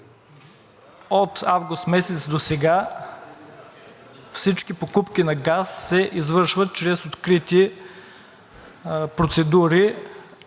От август месец досега всички покупки на газ се извършват чрез открити процедури,